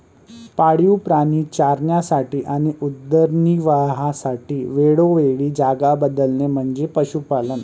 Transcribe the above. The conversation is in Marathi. पाळीव प्राणी चरण्यासाठी आणि उदरनिर्वाहासाठी वेळोवेळी जागा बदलणे म्हणजे पशुपालन